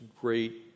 great